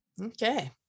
Okay